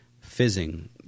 fizzing